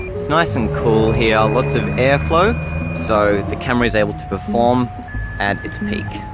it's nice and cool here, lots of airflow so the camera is able to perform at its peak.